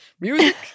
music